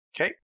Okay